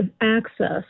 access